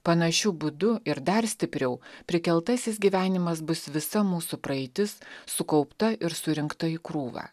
panašiu būdu ir dar stipriau prikeltasis gyvenimas bus visa mūsų praeitis sukaupta ir surinkta į krūvą